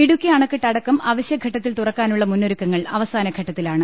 ഇടുക്കി അണക്കെട്ട് അടക്കം അവശ്യഘട്ടത്തിൽ തുറക്കാനുള്ള മുന്നൊരുക്കുങ്ങൾ അവസാനഘട്ടത്തിലാണ്